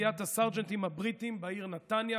תליית הסרג'נטים הבריטים בעיר נתניה,